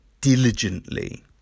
diligently